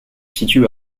situe